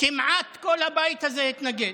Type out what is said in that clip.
כמעט כל הבית הזה התנגד,